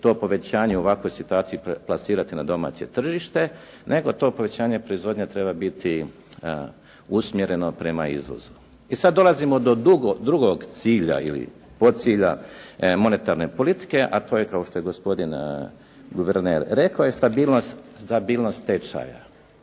to povećanje u ovakvoj situaciji plasirati na domaće tržište, nego to povećanje proizvodnja treba biti usmjereno prema izvozu. I sad dolazimo do drugog cilja ili podcilja monetarne politike, a to je kao što je gospodin guverner rekao je stabilnost tečaja.